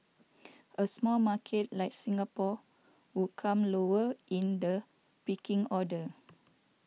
a small market like Singapore would come lower in the pecking order